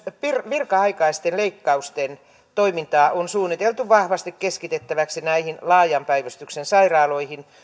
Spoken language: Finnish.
virka aikaisten leikkausten toimintaa on suunniteltu vahvasti keskitettäväksi näihin laajan päivystyksen sairaaloihin